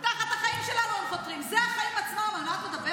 זה החיים עצמם, על מה את מדברת?